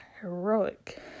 heroic